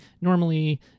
normally